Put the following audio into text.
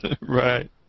Right